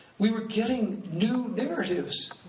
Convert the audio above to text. we were getting new narratives.